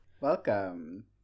welcome